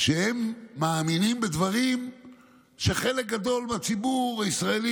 שהם מאמינים בדברים שחלק גדול מהציבור הישראלי,